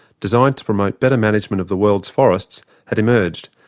designed to promote better management of the world's forests, had emerged,